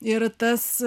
ir tas